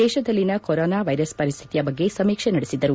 ದೇಶದಲ್ಲಿನ corona virus ಪರಿಸ್ತಿತಿಯ ಬಗ್ಗೆ ಸಮೀಕ್ಷ ನಡೆಸಿದರು